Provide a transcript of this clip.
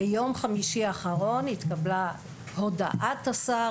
ביום חמישי האחרון התקבלה הודעת השר